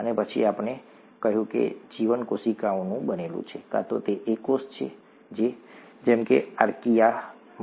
અને પછી આપણે કહ્યું કે જીવન કોશિકાઓનું બનેલું છે કાં તો એક કોષ જેમ કે આર્કિઆમાં